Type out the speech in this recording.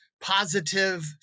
positive